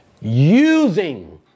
using